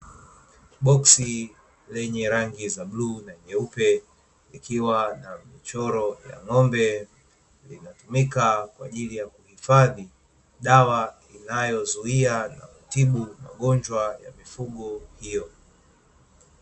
Boksi lenye rangi za bluu na nyeupe, likiwa na michoro ya ng'ombe, inayotumika katika kuhifadhi dawa inayozuia na kutibu magonjwa ya mifugo hiyo.